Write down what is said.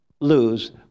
lose